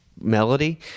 melody